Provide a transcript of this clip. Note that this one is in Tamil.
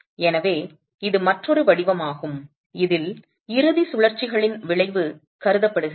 எனவே இது மற்றொரு வடிவமாகும் இதில் இறுதி சுழற்சிகளின் விளைவு கருதப்படுகிறது